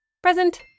Present